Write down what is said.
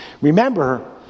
remember